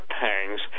pangs